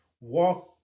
walk